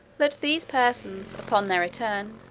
that these persons, upon their return,